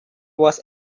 was